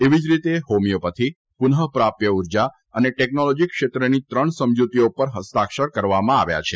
એવી જ રીતે હોમિયોપેથી પનુઃપ્રાપ્ય ઉર્જા અને ટેકનોલોજી ક્ષેત્રની ત્રણ સમજૂતીઓ ઉપર હસ્તાક્ષર કરવામાં આવ્યા છે